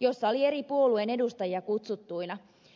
jossa oli eri puolueen edustajia kutsuttuina